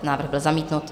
Návrh byl zamítnut.